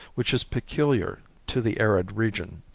which is peculiar to the arid region.